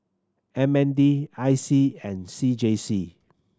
M N D I C and C J C